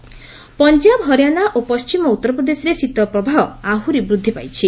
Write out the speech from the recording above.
cold wave Punjab Haryana ଓ ପଶ୍ଚିମ ଉତ୍ତରପ୍ରଦେଶରେ ଶୀତ ପ୍ରବାହ ଆହୁରି ବୃଦ୍ଧି ପାଇଛି